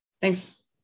thanks